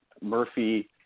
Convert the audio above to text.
Murphy